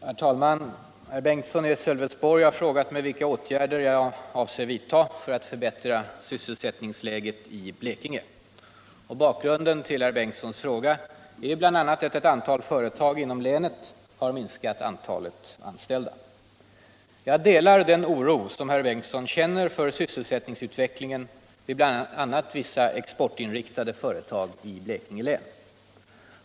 Herr talman! Herr Bengtsson i Sölvesborg har frågat mig vilka åtgärder jag avser vidta för att förbättra sysselsättningsläget i Blekinge. Bakgrunden till herr Bengtssons fråga är bl.a. att ett antal företag inom länet har minskat antalet anställda. Jag delar den oro som herr Bengtsson känner för sysselsättningsutvecklingen vid bl.a. vissa exportinriktade företag inom Blekinge län.